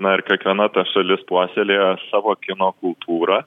na ir kiekviena ta šalis puoselėja savo kino kultūrą